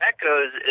Echoes